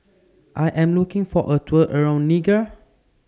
I Am looking For A Tour around Niger